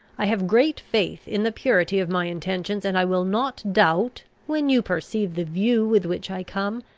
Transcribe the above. i have great faith in the purity of my intentions, and i will not doubt, when you perceive the view with which i come,